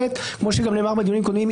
כמו שנאמר גם בדיונים קודמים,